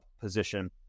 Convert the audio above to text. position